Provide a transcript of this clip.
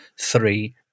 three